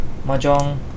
mahjong